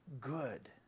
good